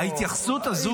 ההתייחסות --- לא,